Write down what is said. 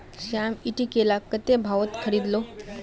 श्याम ईटी केला कत्ते भाउत खरीद लो